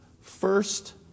First